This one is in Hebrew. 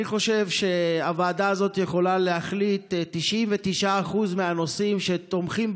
אני חושב שהוועדה הזאת יכולה להחליט על 99% מהנושאים שתומכים,